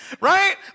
right